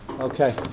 Okay